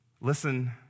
Listen